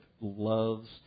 loves